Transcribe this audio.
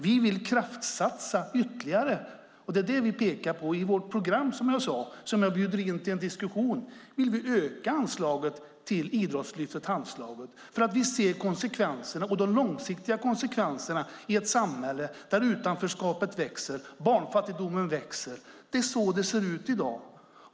Vi vill kraftsatsa ytterligare, och det pekar vi på i vårt program. Jag bjuder in er till en diskussion om att öka anslaget till Idrottslyftet, eller till Handslaget. Vi ser de långsiktiga konsekvenserna i ett samhälle där utanförskapet och barnfattigdomen ökar. Det är så det ser ut i dag.